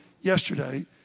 yesterday